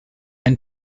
ein